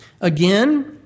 Again